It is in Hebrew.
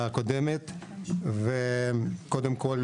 קודם כל,